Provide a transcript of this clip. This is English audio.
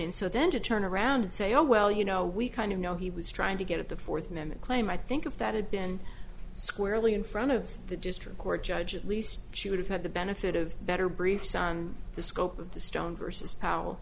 and so then to turn around and say oh well you know we kind of know he was trying to get at the fourth amendment claim i think if that had been squarely in front of the district court judge at least she would have had the benefit of better briefs on the scope of this stone versus pow